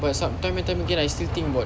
but some time and time again I still think about